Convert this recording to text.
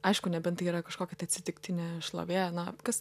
aišku nebent tai yra kažkokia tai atsitiktinė šlovė na kas